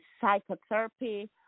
Psychotherapy